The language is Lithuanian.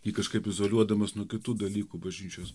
jį kažkaip izoliuodamas nuo kitų dalykų bažnyčios